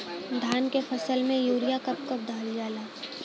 धान के फसल में यूरिया कब कब दहल जाला?